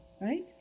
Right